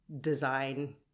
design